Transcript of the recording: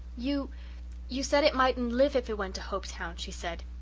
you you said it mightn't live if it went to hopetown, she said.